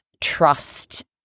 trust